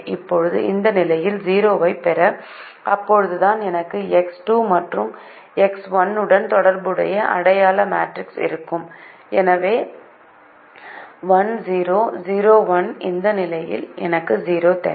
இப்போது இந்த நிலையில் 0 ஐப் பெற அப்போதுதான் எனக்கு எக்ஸ் 2 மற்றும் எக்ஸ் 1 உடன் தொடர்புடைய அடையாள மேட்ரிக்ஸ் இருக்கும் எனவே 1 0 0 1 இந்த நிலையில் எனக்கு 0 தேவை